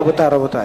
רבותי,